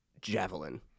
javelin